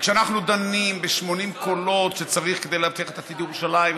כשאנחנו דנים ב-80 קולות שצריך כדי לעצב את עתיד ירושלים,